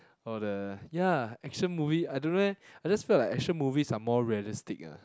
all the ya action movie I don't know leh I just felt like action movies are more realistic lah